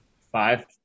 Five